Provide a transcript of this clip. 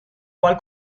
cual